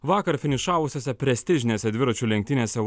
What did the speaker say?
vakar finišavusiose prestižinėse dviračių lenktynėse